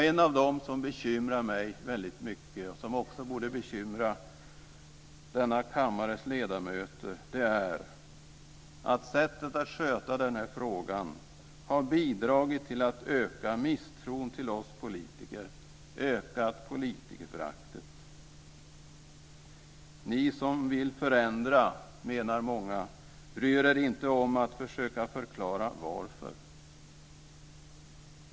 En av de saker som bekymrar mig väldigt mycket och som också borde bekymra denna kammares ledamöter är att sättet att sköta den här frågan har bidragit till att öka misstron till oss politiker, ökat politikerföraktet. Ni som vill förändra, menar många, bryr er inte om att försöka förklara varför.